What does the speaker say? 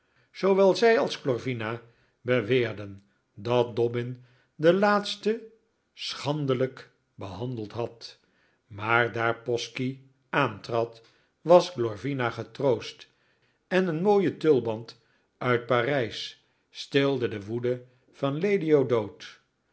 zoowel zij als glorvina beweerden dat dobbin de laatste schandelijk behandeld had maar daar posky aantrad was glorvina getroost en een mooie tulband uit parijs stilde de woede van lady o'dowd